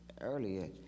earlier